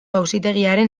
auzitegiaren